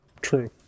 True